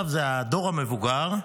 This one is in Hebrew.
זה הדור המבוגר,